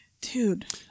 Dude